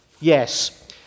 Yes